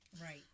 right